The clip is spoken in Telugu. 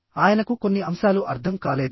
ఆయనకు కొన్ని అంశాలు అర్థం కాలేదు